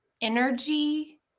energy